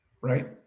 right